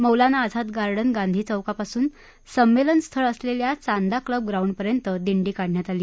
मौलाना Azad garden Gandhi चौकापासुन संमेलनस्थळ असलेल्या चांदा क्लब ग्राउंडपर्यंत दिंडी काढण्यात आली